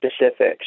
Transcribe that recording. specifics